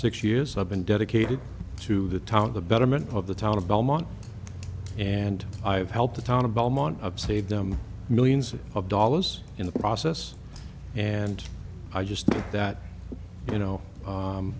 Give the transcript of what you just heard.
six years i've been dedicated to the town the betterment of the town of belmont and i've helped the town of belmont save them millions of dollars in the process and i just think that you know